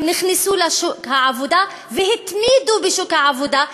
נכנסו לשוק העבודה והתמידו בשוק העבודה,